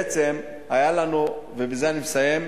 אנחנו, ובזה אני מסיים,